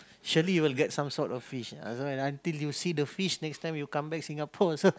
surely you will get some sort of fish ah that's why until you see the fish next time you come back Singapore also